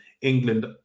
England